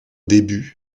début